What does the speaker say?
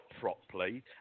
properly